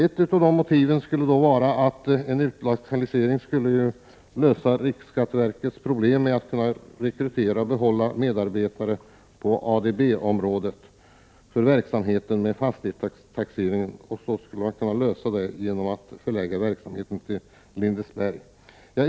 Ett av motiven är att en utlokalisering skulle lösa riksskatteverkets problem med att rekrytera och behålla medarbetare på ADB-området. Arbetet med fastighetstaxering skulle då kunna lösas genom att verksamheten förlades till Lindesberg.